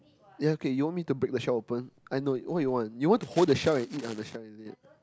yea okay you want me to break the shell open I know what you want you want to hold the shell and eat on the shell is it